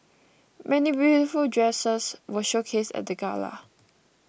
many beautiful dresses were showcased at the gala